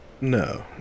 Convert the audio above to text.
No